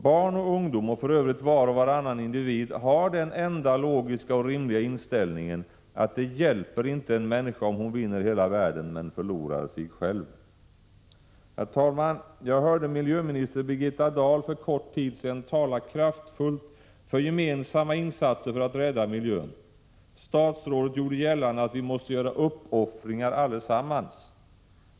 Barn och ungdom, och för övrigt var och varannan individ, har den enda logiska och rimliga inställningen, att det hjälper inte en människa om hon vinner hela världen men förlorar sig själv. Herr talman! Jag hörde för en kort tid sedan miljöminister Birgitta Dahl tala kraftfullt för gemensamma insatser för att rädda miljön. Statsrådet gjorde gällande att vi måste göra uppoffringar allesammans.